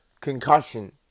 concussion